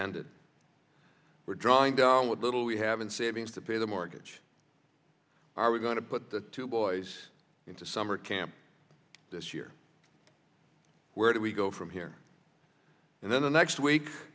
ended we're drawing down with little we have in savings to pay the mortgage are we going to put the two boys into summer camp this year where do we go from here and then the next week